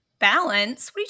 Balance